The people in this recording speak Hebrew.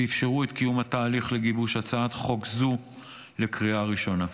שאפשרו את קיום התהליך לגיבוש הצעת חוק זו לקריאה ראשונה.